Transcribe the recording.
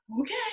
okay